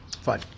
Fine